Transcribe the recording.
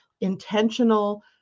intentional